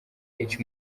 icyo